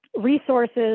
resources